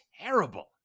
terrible